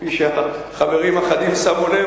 כפי שחברים אחדים שמו לב,